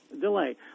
Delay